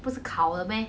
不是烤的 meh